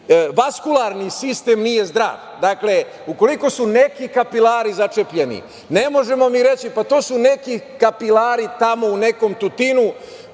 vaskularni sistem nije zdrav. Dakle, ukoliko su neki kapilari začepljeni ne možemo mi reći – pa, to su neki kapilari tamo u nekom Tutinu,